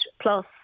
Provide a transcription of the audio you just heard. plus